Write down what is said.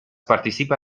participa